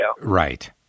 right